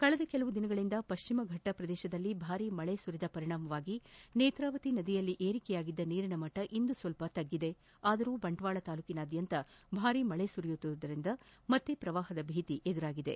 ಕಳೆದ ಕೆಲವು ದಿನಗಳಿಂದ ಪಶ್ಚಿಮಘಟ್ವ ಪ್ರದೇಶದಲ್ಲಿ ಭಾರೀ ಮಳೆ ಸುರಿದ ಪರಿಣಾಮ ನೇತ್ರಾವತಿ ನದಿಯಲ್ಲಿ ಏರಿಕೆಯಾಗಿದ್ದ ನೀರಿನ ಮಟ್ಟ ಇಂದು ಸ್ವಲ್ಪ ತಗ್ಗಿದೆ ಆದರೂ ಬಂಟ್ಚಾಳ ತಾಲೂಕಿನಾದ್ಯಂತ ಭಾರೀ ಮಳಿ ಸುರಿಯುತ್ತಿರುವುದರಿಂದ ಮತ್ತೆ ಪ್ರವಾಹದ ಭೀತಿ ಎದುರಾಗಿದೆ